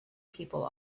people